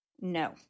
No